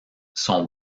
sont